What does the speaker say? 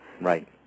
Right